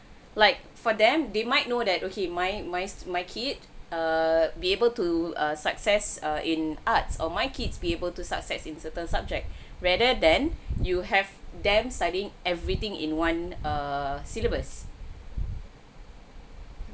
like for them they might know that okay my my my kid err be able to uh success uh in arts or my kids be able to success in certain subject rather than you have them studying everything in one err syllabus